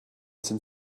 sind